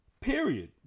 Period